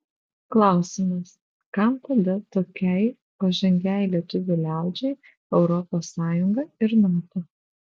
klausimas kam tada tokiai pažangiai lietuvių liaudžiai europos sąjunga ir nato